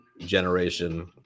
generation